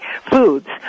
foods